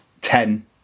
ten